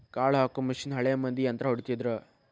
ಕಾಳ ಹಾಕು ಮಿಷನ್ ಹಳೆ ಮಂದಿ ಯಂತ್ರಾ ಹೊಡಿತಿದ್ರ